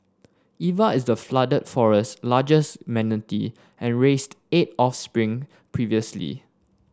Eva is the Flooded Forest's largest manatee and raised eight offspring previously